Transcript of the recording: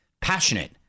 passionate